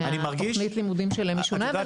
והתוכנית שלהם היא שונה.